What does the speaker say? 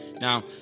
Now